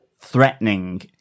threatening